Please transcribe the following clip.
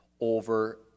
over